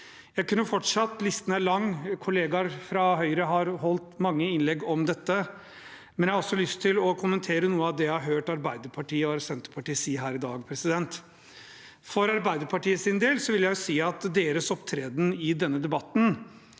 Jeg kunne fortsatt – listen er lang, og kollegaer fra Høyre har holdt mange innlegg om dette. Samtidig har jeg lyst til å kommentere noe av det jeg har hørt Arbeiderpartiet og Senterpartiet si her i dag. For Arbeiderpartiets del vil jeg si at deres opptreden i denne debatten